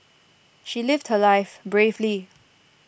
she lived her life bravely